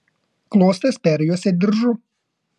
klostes perjuosė diržu